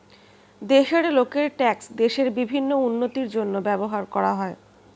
দেশের লোকের ট্যাক্স দেশের বিভিন্ন উন্নতির জন্য ব্যবহার করা হয়